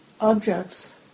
objects